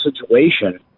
situation